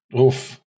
Oof